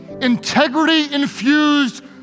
integrity-infused